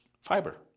fiber